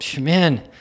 man